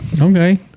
Okay